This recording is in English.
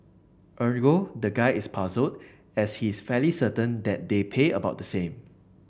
ergo the guy is puzzled as he's fairly certain that they pay about the same